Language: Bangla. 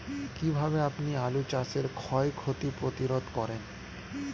কীভাবে আপনি আলু চাষের ক্ষয় ক্ষতি প্রতিরোধ করেন?